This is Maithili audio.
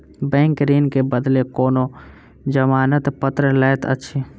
बैंक ऋण के बदले कोनो जमानत पत्र लैत अछि